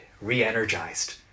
re-energized